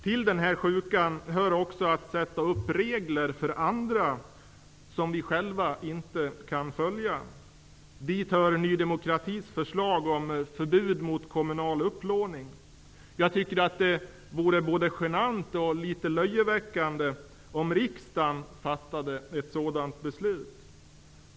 Till denna sjuka hör också detta med att sätta upp regler för andra -- regler som vi själva inte kan följa. Dit hör Ny demokratis förslag om förbud mot kommunal upplåning. Jag tycker att det vore både genant och litet löjeväckande om riksdagen fattade ett sådant här beslut.